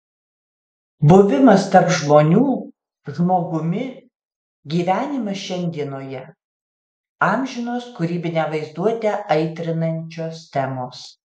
buvimas tarp žmonių žmogumi gyvenimas šiandienoje amžinos kūrybinę vaizduotę aitrinančios temos